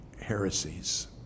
heresies